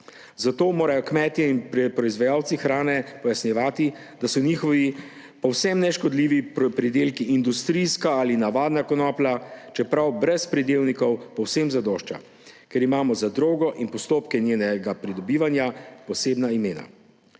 zato morajo kmetje in proizvajalci hrane pojasnjevati, da so njihovi, povsem neškodljivi pridelki industrijska ali navadna konoplja. Čeprav brez pridevnikov povsem zadošča, ker imamo za drogo in postopke njenega pridobivanja posebna imena,